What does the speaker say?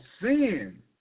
sin